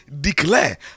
Declare